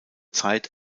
zeit